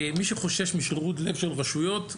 מי שחושש משרירות לב של רשויות,